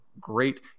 great